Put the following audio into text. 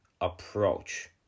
approach